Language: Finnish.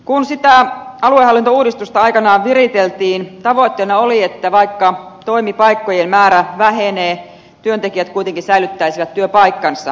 kun sitä aluehallintouudistusta aikanaan viriteltiin tavoitteena oli että vaikka toimipaikkojen määrä vähenee työntekijät kuitenkin säilyttäisivät työpaikkansa